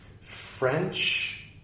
french